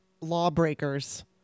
lawbreakers